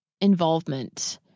involvement